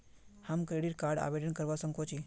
हम credit card आवेदन करवा संकोची?